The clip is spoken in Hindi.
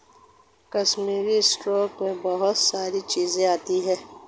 कश्मीरी स्रोत मैं बहुत सारी चीजें आती है